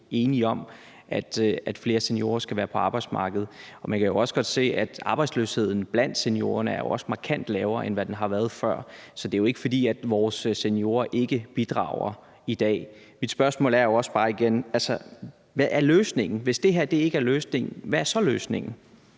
også enige om, at flere seniorer skal være på arbejdsmarkedet, og man kan også godt se, at arbejdsløsheden blandt seniorerne er markant lavere, end den har været før. Så det er jo ikke, fordi vores seniorer ikke bidrager i dag. Mit spørgsmål er også bare igen: Hvad er løsningen? Hvis det her ikke er løsningen, hvad er så løsningen?